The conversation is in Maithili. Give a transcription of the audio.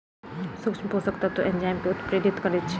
सूक्ष्म पोषक तत्व एंजाइम के उत्प्रेरित करैत छै